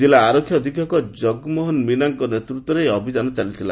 କିଲ୍ଲୁ ଆରକ୍ଷୀ ଅଧିକ୍ଷକ ଜଗମୋହନ ମିନାଙ୍କ ନେତୃତ୍ୱରେ ଏହି ଅଭିଯାନ ଚାଲିଥିଲା